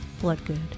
Bloodgood